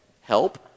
help